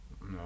No